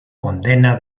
condena